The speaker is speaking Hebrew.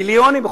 במיליונים,